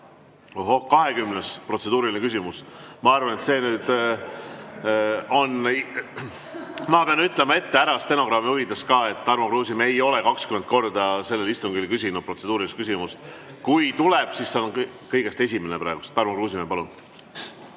Ohoh, 20. protseduuriline küsimus? Ma arvan, et ma pean ütlema ette ära, stenogrammi huvides, et Tarmo Kruusimäe ei ole 20 korda sellel istungil küsinud protseduurilist küsimust. Kui see tuleb, siis see on kõigest esimene praegu. Tarmo Kruusimäe, palun!